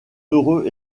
heureux